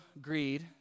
greed